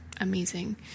amazing